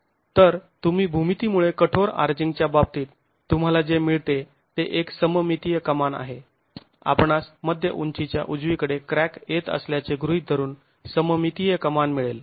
तर तुम्ही भूमितीमुळे कठोर आर्चिंगच्या बाबतीत तुम्हाला जे मिळते ते एक सममितीय कमान आहे आपणास मध्य उंचीच्या उजवीकडे क्रॅक येत असल्याचे गृहीत धरून सममितीय कमान मिळेल